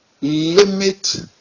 limit